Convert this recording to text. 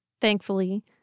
thankfully